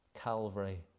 Calvary